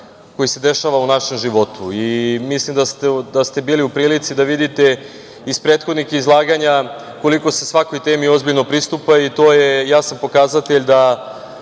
koji se dešava u našem životu. Mislim da ste bili u prilici da vidite iz prethodnih izlaganja koliko se svakoj temi ozbiljno pristupa i to je jasan pokazatelj da